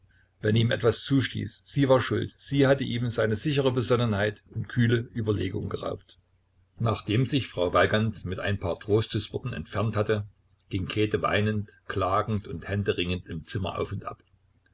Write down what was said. wenn ihm etwas zustieß sie war schuld sie hatte ihm seine sichere besonnenheit und kühle überlegung geraubt nachdem sich frau weigand mit ein paar trostesworten entfernt hatte ging käthe weinend klagend und händeringend im zimmer auf und ab